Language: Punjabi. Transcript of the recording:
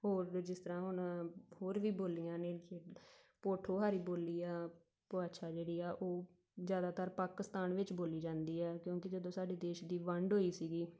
ਹੋਰ ਵੀ ਜਿਸ ਤਰ੍ਹਾਂ ਹੁਣ ਹੋਰ ਵੀ ਬੋਲੀਆਂ ਨੇ ਪੋਠੋਹਾਰੀ ਬੋਲੀ ਆ ਭਾਸ਼ਾ ਜਿਹੜੀ ਆ ਉਹ ਜ਼ਿਆਦਾਤਰ ਪਾਕਿਸਤਾਨ ਵਿੱਚ ਬੋਲੀ ਜਾਂਦੀ ਹੈ ਕਿਉਂਕਿ ਜਦੋਂ ਸਾਡੀ ਦੇਸ਼ ਦੀ ਵੰਡ ਹੋਈ ਸੀਗੀ